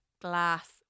Glass